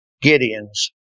Gideon's